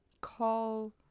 call